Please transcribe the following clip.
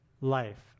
life